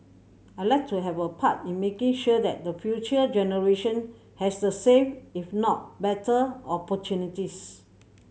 I'd like to have a part in making sure that the future generation has the same if not better opportunities